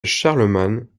charlemagne